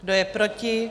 Kdo je proti?